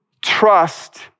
trust